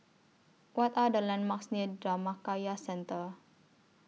What Are The landmarks near Dhammakaya Centre